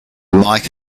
mike